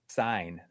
sign